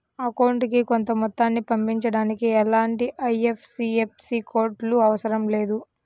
అకౌంటుకి కొంత మొత్తాన్ని పంపించడానికి ఎలాంటి ఐఎఫ్ఎస్సి కోడ్ లు అవసరం లేదు